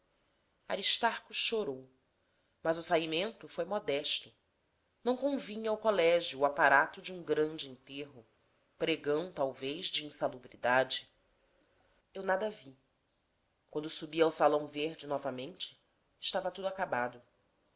essa aristarco chorou mas o saimento foi modesto não convinha ao colégio o aparato de um grande enterro pregão talvez de insalubridade eu nada vi quando subi ao salão verde novamente estava tudo acabado